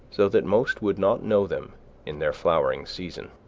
so that most would not know them in their flowering season.